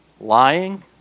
lying